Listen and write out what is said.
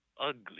ugly